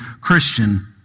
Christian